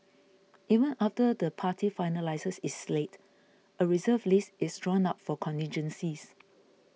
even after the party finalises its slate a Reserve List is drawn up for contingencies